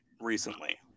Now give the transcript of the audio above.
recently